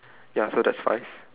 ya so that's five